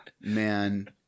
Man